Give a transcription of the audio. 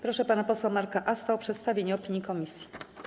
Proszę pana posła Marka Asta o przedstawienie opinii komisji.